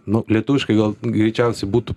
nu lietuviškai gal greičiausiai būtų